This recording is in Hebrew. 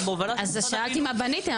אז שאלתי מה בניתם,